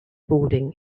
boarding